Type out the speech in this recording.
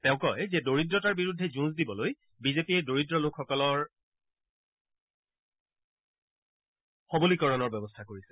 তেওঁ কয় যে দৰিদ্ৰতাৰ বিৰুদ্ধে যুঁজ দিবলৈ বিজেপিয়ে দৰিদ্ৰ লোকসকলৰ সবলীকৰণৰ ব্যৱস্থা কৰিছে